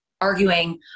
arguing